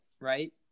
right